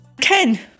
Ken